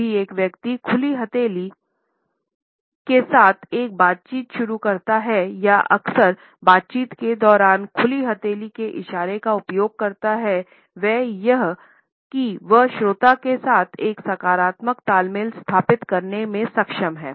जब भी एक व्यक्ति खुली हथेली के साथ एक बातचीत शुरू करता है या अक्सर बातचीत के दौरान खुली हथेली के इशारे का उपयोग करता है वह या वह श्रोता के साथ एक सकारात्मक तालमेल स्थापित करने में सक्षम है